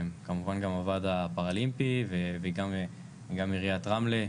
כמובן גם הוועד האולימפי, וגם עיריית רמלה,